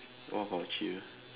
orh chill